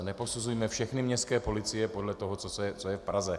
Neposuzujme všechny městské policie podle toho, co je v Praze.